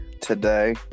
today